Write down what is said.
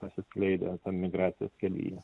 pasiskleidę tam migracijos kelyje